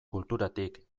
kulturatik